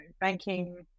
banking